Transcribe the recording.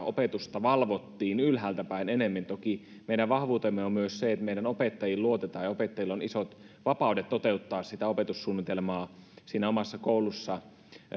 opetusta valvottiin ylhäältä päin enemmän toki myös meidän vahvuutemme on se että meidän opettajiin luotetaan ja opettajilla on moniin muihin maihin verrattuna isot vapaudet toteuttaa opetussuunnitelmaa omassa koulussa